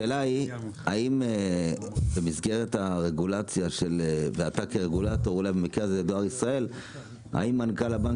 השאלה היא האם במסגרת הרגולציה - ואתה כרגולטור האם מנכ"ל הבנק